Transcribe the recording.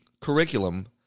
curriculum